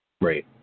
Right